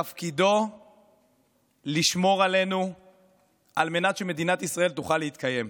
תפקידו לשמור עלינו על מנת שמדינת ישראל תוכל להתקיים,